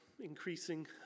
increasing